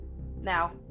Now